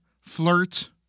flirt